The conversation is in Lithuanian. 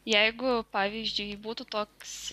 jeigu pavyzdžiui būtų toks